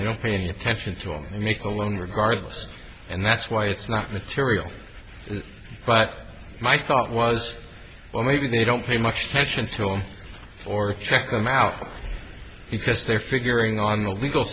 they don't pay any attention to him and make a loan regardless and that's why it's not material but my thought was well maybe they don't pay much attention to him or check them out because they're figuring on the legal